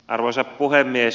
arvoisa puhemies